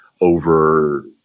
over